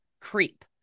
Creep